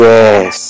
Yes